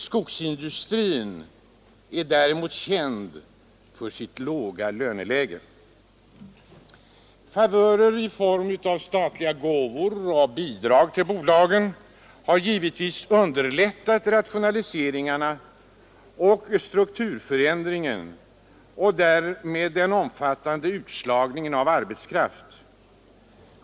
Skogsindustrin är däremot känd för sitt låga löneläge. Favörer i form av statliga gåvor och bidrag till bolagen har givetvis underlättat rationaliseringarna och strukturförändringen och därmed den omfattande utslagningen av arbetskraft.